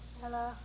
Hello